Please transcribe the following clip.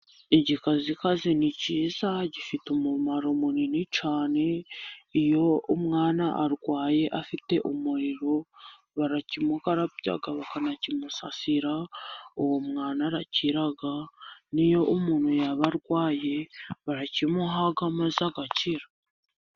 Igikazikazi ni kiza gifite umumaro munini cyane, iyo umwana arwaye afite umuriro, barakimukarabya bakanakimusasira ,uwo mwana arakira ,niyo umuntu yaba arwaye barakimuha agakira.